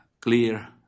clear